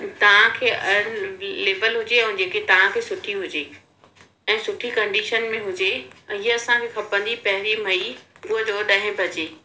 तव्हांखे लेबल हुजे ऐं तव्हांखे जेकी सुठी हुजे ऐं सुठी कंडीशन में हुजे ऐं इहा असांखे खपंदी पहरीं मई सुबुह जो ॾह बजे